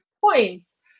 points